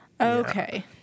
Okay